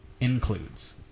includes